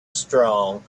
strong